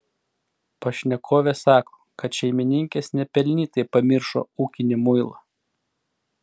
pašnekovė sako kad šeimininkės nepelnytai pamiršo ūkinį muilą